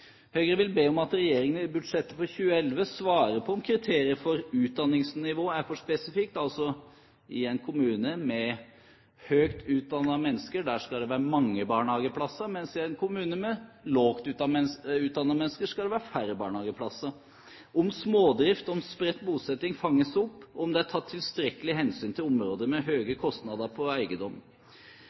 Høyre vil be om at regjeringen i budsjettet for 2011 svarer på om kriteriet for utdanningsnivå er for spesifikt – altså: i en kommune med høyt utdannede mennesker skal det være mange barnehageplasser, mens i en kommune med lavt utdannede mennesker skal det være færre barnehageplasser – om smådrift og spredt bosetting fanges opp, og om det er tatt tilstrekkelig hensyn til områder med høye kostnader på